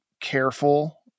careful